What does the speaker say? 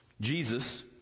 Jesus